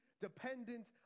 dependent